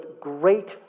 great